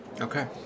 Okay